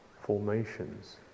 formations